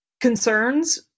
concerns